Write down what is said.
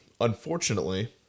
Unfortunately